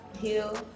heal